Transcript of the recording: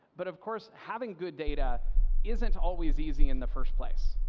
but of course having good data isn't always easy in the first place.